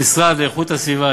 המשרד לאיכות הסביבה,